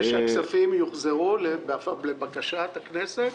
וכן שהכספים יוחזרו לבקשת הכנסת,